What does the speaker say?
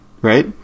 Right